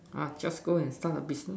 I will just go and start the business